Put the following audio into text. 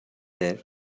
there